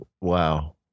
wow